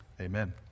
Amen